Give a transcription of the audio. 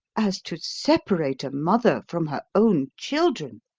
as to separate a mother from her own children?